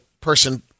person